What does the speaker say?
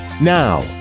Now